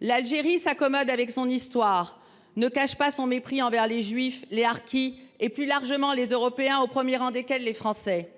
L’Algérie s’accommode de son histoire et ne cache pas son mépris envers les juifs, les harkis et, plus largement, les Européens, au premier rang desquels les Français.